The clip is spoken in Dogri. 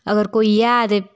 अगर कोई ऐ ते